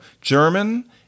German